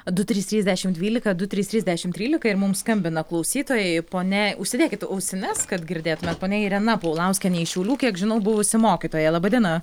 du trys trys dešim dvylika du trys trys dešim trylika ir mums skambina klausytojai ponia užsidėkit ausines kad girdėtumėt ponia irena paulauskienė iš šiaulių kiek žinau buvusi mokytoja laba diena